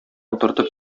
утыртып